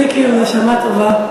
מיקי הוא נשמה טובה,